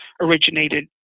originated